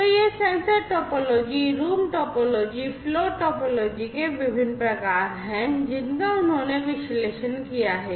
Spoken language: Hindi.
तो ये सेंसर टोपोलॉजी रूम टोपोलॉजी और फ्लो टॉपोलॉजी के विभिन्न प्रकार हैं जिनका उन्होंने विश्लेषण किया है